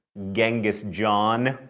genghis john.